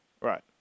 Right